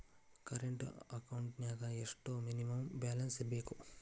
Current ಅಕೌಂಟೆಂನ್ಯಾಗ ಎಷ್ಟ minimum balance ಇರ್ಬೇಕು?